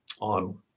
on